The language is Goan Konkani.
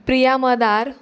प्रिया मदार